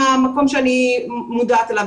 המקום שאני מודעת אליו.